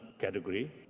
category